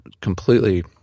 completely